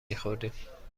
میخوردیم